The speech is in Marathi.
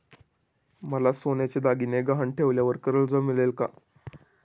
मला सोन्याचे दागिने गहाण ठेवल्यावर कर्ज मिळेल का?